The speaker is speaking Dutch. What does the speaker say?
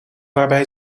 waarbij